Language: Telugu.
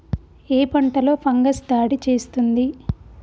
ఏ పంటలో ఫంగస్ దాడి చేస్తుంది?